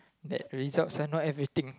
that results are not everything